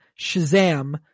shazam